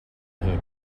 her